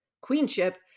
queenship